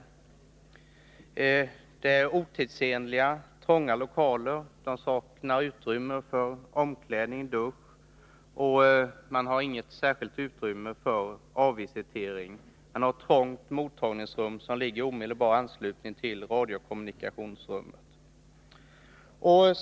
Lokalerna är otidsenliga och trånga. Det saknas omklädningsrum och dusch. Man har inget särskilt utrymme för avvisitering, och man har ett trångt mottagningsrum, som ligger i omedelbar anslutning till radiokommunikationsrummet.